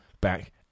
back